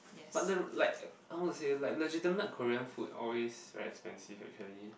but there were like I how to say like legitimate Korean food always very expensive actually